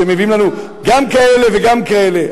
שהם מביאים לנו גם כאלה וגם כאלה.